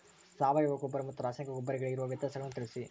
ಸಾವಯವ ಗೊಬ್ಬರ ಮತ್ತು ರಾಸಾಯನಿಕ ಗೊಬ್ಬರಗಳಿಗಿರುವ ವ್ಯತ್ಯಾಸಗಳನ್ನು ತಿಳಿಸಿ?